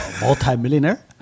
multi-millionaire